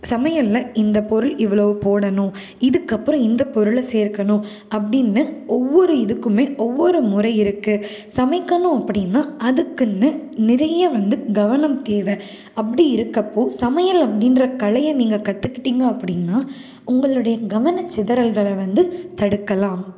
சமையலில் இந்த பொருள் இவ்வளவு போடணும் இதுக்கப்புறம் இந்த பொருளை சேர்க்கணும் அப்படின்னு ஒவ்வொரு இதுக்குமே ஒவ்வொரு முறை இருக்குது சமைக்கணும் அப்படின்னா அதுக்குன்னு நிறைய வந்து கவனம் தேவை அப்படி இருக்கப்போ சமையல் அப்படின்ற கலையை நீங்கள் கற்றுக்கிட்டீங்க அப்படின்னா உங்களுடைய கவன சிதறல்களை வந்து தடுக்கலாம்